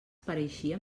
pareixia